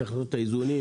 צריך לעשות את האיזונים,